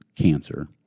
cancer